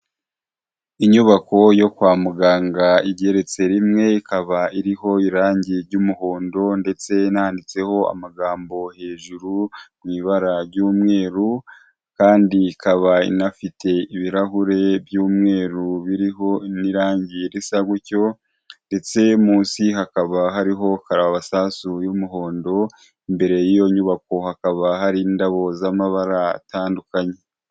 Inyubako yo kwa muganga igeretse rimwe, ikaba iriho irangi ry'umuhondo ndetse nahanditseho amagambo hejuru mu ibara ry'umweru, kandi ikaba inafite ibirahure by'umweru biriho n'irangi risa gutyo ndetse munsi hakaba hariho karabasasu y'umuhondo, imbere y'iyo nyubako hakaba hari indabo z'amabara atandukanye.